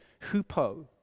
hupo